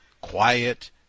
quiet